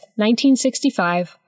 1965